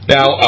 Now